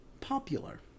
popular